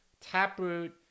taproot